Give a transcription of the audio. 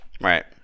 right